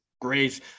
great